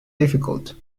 difficult